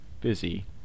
busy